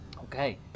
okay